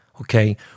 okay